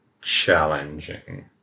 challenging